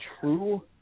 true